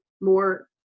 more